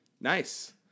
Nice